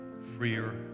freer